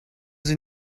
sie